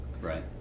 Right